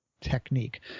technique